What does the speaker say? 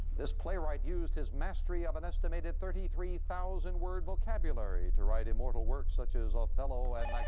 this playwright used his mastery of an estimated thirty three thousand word vocabulary to write immortal works such as othello